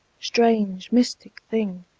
strange, mystic thing!